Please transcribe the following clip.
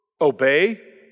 obey